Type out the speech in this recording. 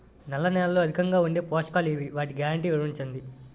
నల్ల నేలలో అధికంగా ఉండే పోషకాలు ఏవి? వాటి గ్యారంటీ వివరించండి?